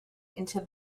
into